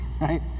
right